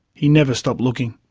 he never stopped looking.